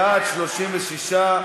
בעד, 36,